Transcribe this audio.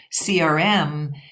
CRM